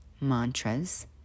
mantras